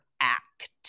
act